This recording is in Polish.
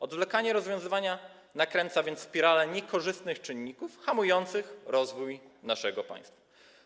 Odwlekanie rozwiązywania tego nakręca więc spiralę niekorzystnych czynników hamujących rozwój naszego państwa.